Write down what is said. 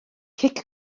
cic